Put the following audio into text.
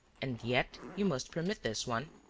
and yet you must permit this one.